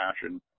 passion